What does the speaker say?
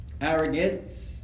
Arrogance